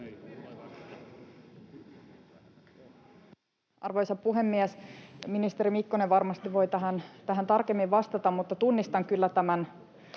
Arvoisa puhemies! Ministeri Mikkonen varmasti voi tähän tarkemmin vastata, mutta tunnistan kyllä tämän